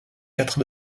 quatre